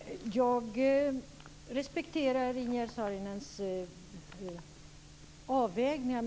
Fru talman! Jag respekterar Ingegerd Saarinens avvägningar.